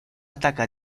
ataca